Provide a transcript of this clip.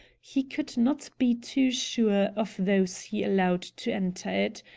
he could not be too sure of those he allowed to enter it.